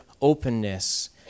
openness